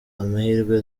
amahirwe